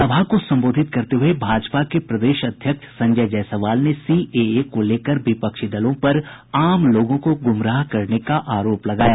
सभा को संबोधित करते हुये भाजपा के प्रदेश अध्यक्ष संजय जायसवाल ने सीएए को लेकर विपक्षी दलों पर आम लोगों को गुमराह करने का आरोप लगाया